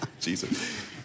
Jesus